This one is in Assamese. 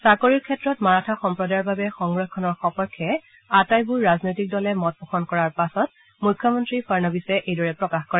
চাকৰিৰ ক্ষেত্ৰত মাৰাথা সম্প্ৰদায়ৰ বাবে সংৰক্ষণৰ সপক্ষে আটাইবোৰ ৰাজনৈতিক দলে মত পোষণ কৰাৰ পাছত মুখ্যমন্ত্ৰী ফাড়নবিশে এইদৰে প্ৰকাশ কৰে